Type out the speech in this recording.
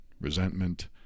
resentment